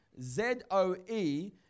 Z-O-E